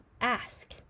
ask